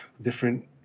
different